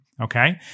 okay